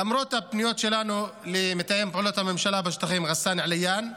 למרות הפניות שלנו למתאם פעולות הממשלה בשטחים ע'סאן עליאן,